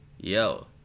yo